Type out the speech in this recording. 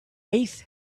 eighth